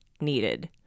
needed